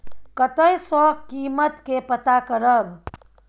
कतय सॅ कीमत के पता करब?